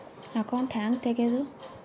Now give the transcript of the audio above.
Account ಹ್ಯಾಂಗ ತೆಗ್ಯಾದು?